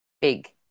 big